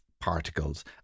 particles